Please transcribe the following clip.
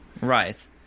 right